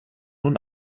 nun